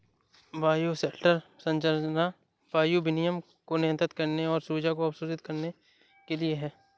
bioshelter संरचना वायु विनिमय को नियंत्रित करने और ऊर्जा को अवशोषित करने के लिए है